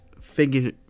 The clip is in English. figure